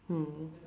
mm